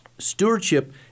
stewardship